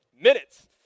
minutes